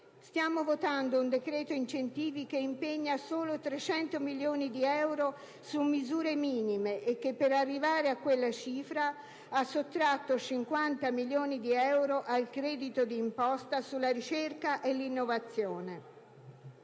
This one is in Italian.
Stiamo votando un decreto incentivi che impegna solo 300 milioni di euro su misure minime e che, per arrivare a quella cifra, ha sottratto 50 milioni di euro al credito di imposta sulla ricerca e l'innovazione.